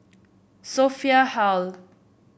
Sophia Hull